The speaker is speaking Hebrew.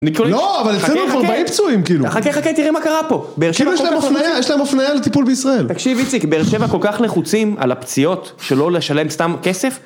לא, אבל אצלינו כבר באים פצועים, כאילו. חכה, חכה, תראה מה קרה פה. כאילו יש להם הפנייה, יש להם הפנייה לטיפול בישראל. תקשיב, איציק, באר שבע כל כך לחוצים על הפציעות שלא לשלם סתם כסף